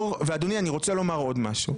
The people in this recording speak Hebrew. אדוני, אני רוצה לומר עוד משהו.